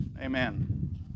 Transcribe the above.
Amen